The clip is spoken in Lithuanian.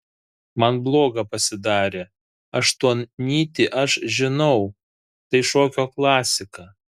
man bloga pasidarė aštuonnytį aš žinau tai šokio klasika